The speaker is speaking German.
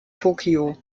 tokio